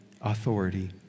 authority